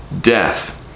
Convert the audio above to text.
death